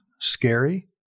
scary